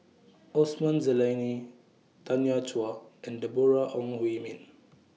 Osman Zailani Tanya Chua and Deborah Ong Hui Min